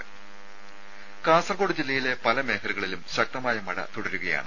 രുര കാസർകോട് ജില്ലയിലെ പല മേഖലകളിലും ശക്തമായ മഴ തുടരുകയാണ്